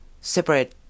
separate